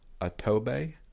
Atobe